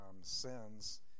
sins